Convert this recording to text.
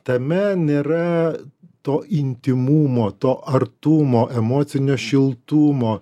tame nėra to intymumo to artumo emocinio šiltumo